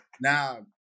Now